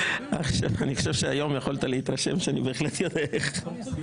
אני חושב שהיום יכולת להתרשם שאני בהחלט יודע איך.